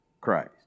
Christ